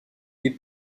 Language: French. est